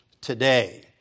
today